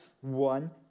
one